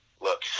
look